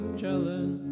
jealous